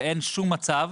אין שום מצב,